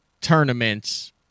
tournaments